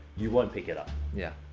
you won't pick it up. yeah.